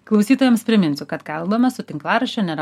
klausytojams priminsiu kad kalbame su tinklaraščio nėra